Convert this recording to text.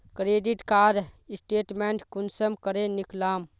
Credit card statement कुंसम करे निकलाम?